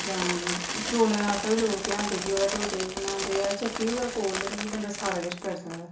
जां चौलें दा आटा बी लोग पेहांदे कि ओह्दे ढोड्डे बनांदे ऐ चक्की होऐ चौल ते मतलब बंदा सारा किश करी सकदा